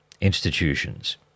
institutions